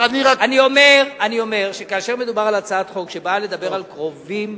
אני אומר שכאשר מדובר על הצעת חוק שבאה לדבר על קרובים,